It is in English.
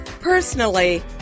Personally